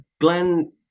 glenn